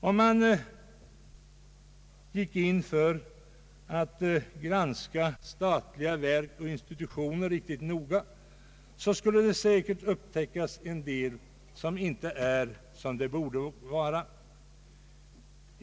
Om man gick in för att granska statliga verk och institutioner riktigt noga skulle det säkert upptäckas en del som inte är som det borde vara.